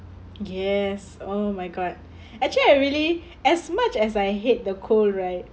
yes oh my god actually I really as much as I hit the cold right